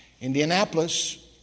Indianapolis